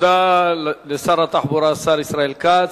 תודה לשר התחבורה, השר ישראל כץ.